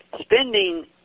spending